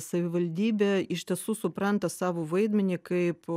savivaldybė iš tiesų supranta savo vaidmenį kaip